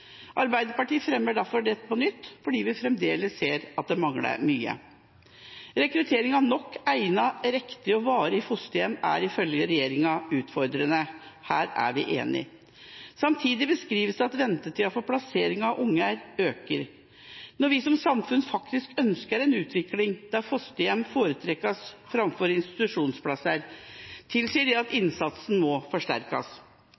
Arbeiderpartiet fremmer dette på nytt, for vi ser at det fremdeles mangler mye. Rekruttering av mange nok, egnede, riktige og varige fosterhjem er ifølge regjeringa utfordrende. Her er vi enige. Samtidig beskrives det at ventetida for plassering av barn øker. Når vi som samfunn faktisk ønsker en utvikling der fosterhjem foretrekkes framfor institusjonsplasser, tilsier det at